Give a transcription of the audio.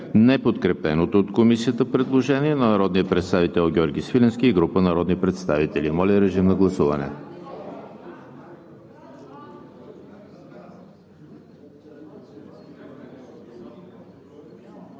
неподкрепеното от Комисията предложение на народния представител Георги Свиленски и група народни представители. Гласували